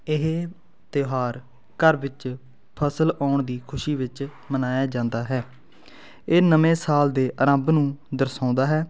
ਇਹ ਤਿਉਹਾਰ ਘਰ ਵਿੱਚ ਫਸਲ ਆਉਣ ਦੀ ਖੁਸ਼ੀ ਵਿੱਚ ਮਨਾਇਆ ਜਾਂਦਾ ਹੈ ਇਹ ਨਵੇਂ ਸਾਲ ਦੇ ਆਰੰਭ ਨੂੰ ਦਰਸਾਉਂਦਾ ਹੈ